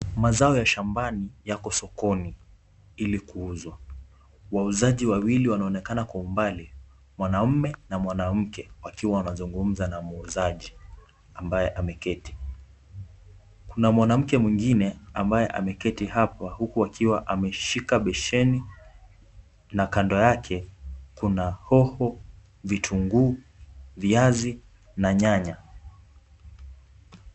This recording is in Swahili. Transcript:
Mazao ya shambani yako sokoni ili kuuzwa, wauzaji wawili wanaonekana kwa umbali, mwanaume na mwanamke wakiwa wanazungumza na muuzaji ambaye ameketi .Kuna mwanamke mwingine ambaye ameketi hapa huku akiwa ameshika besheni na kando yake kuna hoho ,vitunguu, viazi na nyanya.